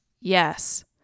Yes